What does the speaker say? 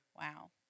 Wow